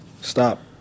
stop